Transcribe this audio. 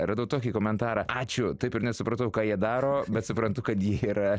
radau tokį komentarą ačiū taip ir nesupratau ką jie daro bet suprantu kad jie yra